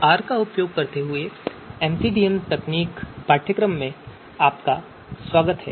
are का उपयोग करते हुए एमसीडीएम तकनीकों के पाठ्यक्रम में आपका स्वागत है